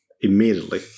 immediately